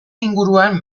inguruan